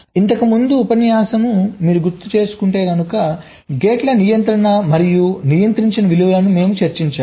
ఇంతకు ముందు ఉపన్యాసము మీరు గుర్తు చేసుకుంటే గేట్ల నియంత్రణ మరియు నియంత్రించని విలువలను మేము చర్చించాము